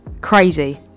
crazy